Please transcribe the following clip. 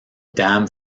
damn